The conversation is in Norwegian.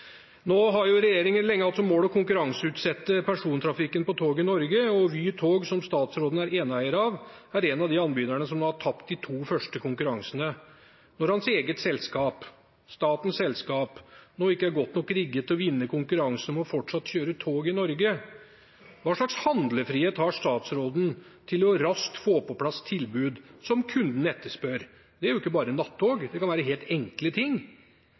nå ikke er godt nok rigget til å vinne konkurransen om fortsatt å kjøre tog i Norge, hva slags handlefrihet har statsråden til raskt å få på plass tilbud som kundene etterspør – det gjelder jo ikke bare nattog, det kan være helt enkle ting